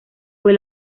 fue